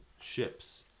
ships